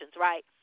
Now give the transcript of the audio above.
right